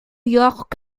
york